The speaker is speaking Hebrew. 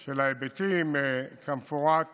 של ההיבטים כמפורט